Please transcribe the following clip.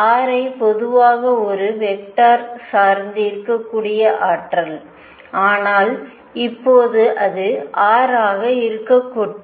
r ஐ பொதுவாக ஒரு வெக்டரை சார்ந்து இருக்கக்கூடிய ஆற்றல் ஆனால் இப்போது அது r ஆக இருக்கட்டும்